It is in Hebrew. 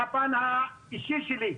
את הפן האישי שלי.